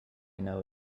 know